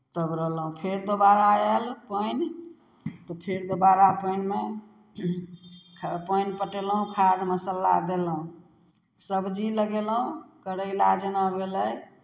तब रहलहुँ फेर दोबारा आयल पानि तऽ फेर दोबारा पानिमे ख पानि पटेलहुँ खाद मसाला देलहुँ सबजी लगयलहुँ करैला जेना भेलै